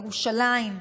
ירושלים,